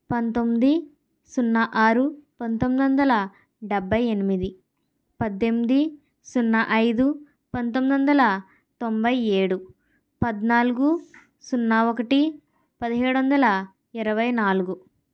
పందొమ్మిది సున్నా ఆరు పంతొమ్మిది వందల డెబ్భై ఎనిమిది పద్దెనిమిది సున్నా ఐదు పంతొమ్మిది వందల తొంభై ఏడు పద్నాలుగు సున్నా ఒకటి పదిహేడు వందల ఇరవై నాలుగు